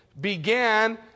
began